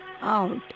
out